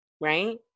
Right